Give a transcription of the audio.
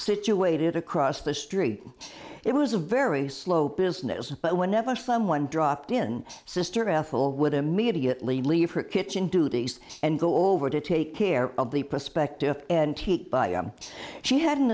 situated across the street it was a very slow business but whenever someone dropped in sister ethel would immediately leave her kitchen duties and go over to take care of the prospective auntie bya she had an